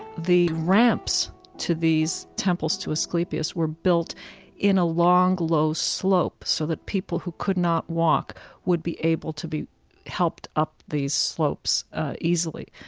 the ramps to these temples to asclepius were built in a long, low slope so that people who could not walk would be able to be helped up these slopes easily.